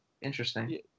interesting